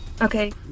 okay